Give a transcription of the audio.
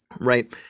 right